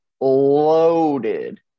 Loaded